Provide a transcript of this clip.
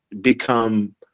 become